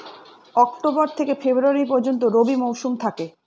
October থেকে February পর্যন্ত রবি মৌসুম থাকে